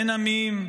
אין עמים,